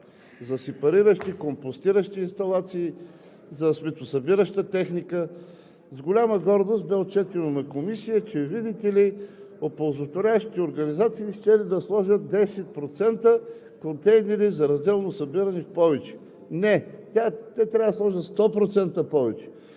за сепариращи, компостиращи инсталации, за сметосъбираща техника. С голяма гордост бе отчетено в Комисията, че, видите ли, оползотворяващите организации щели да сложат 10% повече контейнери за разделно събиране. Не, те трябва да сложат 100% повече